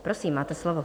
Prosím, máte slovo.